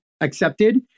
accepted